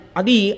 adi